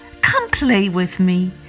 come-play-with-me